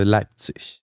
Leipzig